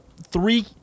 three